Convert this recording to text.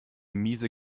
miese